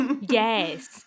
Yes